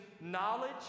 knowledge